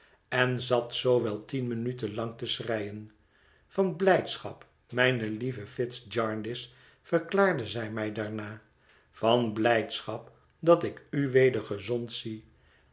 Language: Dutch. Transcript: en zat zoo wel tien minuten lang te schreien van blijdschap mijne lieve fitz jarndyce verklaarde zij mij daarna van blijdschap dat ik u weder gezond zie